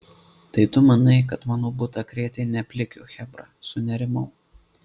tai tu manai kad mano butą krėtė ne plikio chebra sunerimau